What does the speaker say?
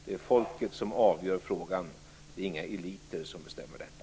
Det är folket som avgör frågan - inga eliter bestämmer detta.